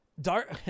dark